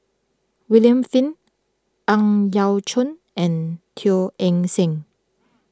William Flint Ang Yau Choon and Teo Eng Seng